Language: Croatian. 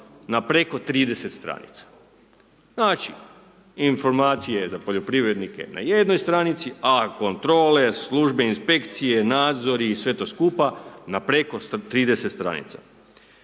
na preko 30 stranica. Znači informacije za poljoprivrednike na jednoj stranici a kontrole, službe, inspekcije, nadzori i sve to skupa na preko 30 stranica.